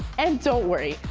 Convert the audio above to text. and don't worry,